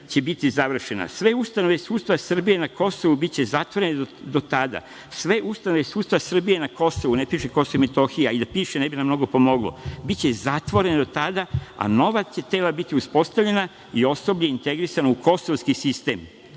će biti završena, sve ustanove sudstva Srbije na Kosovu biće zatvorene do tada, sve ustanove sudstva Srbije na Kosovu, ne piše Kosovu i Metohiji, a i da piše ne bi nam mnogo pomoglo, biće zatvorene do tada, a nova tela će biti uspostavljena i osoblje integrisano u kosovski sistem.